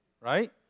right